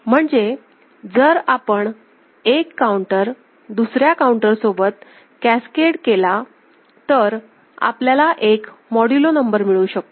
म्हणजे जर आपण एक काउंटर दुसऱ्या काउंटर सोबत कॅसकेड केला तर आपल्याला एक मॉड्युलो नंबर मिळू शकतो